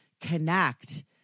connect